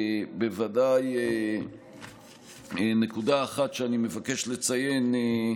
ובוודאי יש נקודה אחת שאני מבקש לציין: